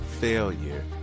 failure